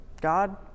God